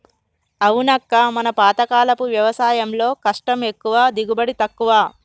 అవునక్క మన పాతకాలపు వ్యవసాయంలో కష్టం ఎక్కువ దిగుబడి తక్కువ